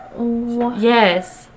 Yes